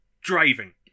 driving